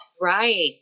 Right